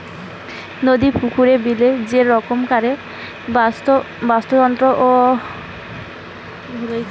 নদী, পুকুরে, বিলে যে রকমকারের বাস্তুতন্ত্র আবহাওয়া পাওয়া যাইতেছে